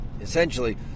essentially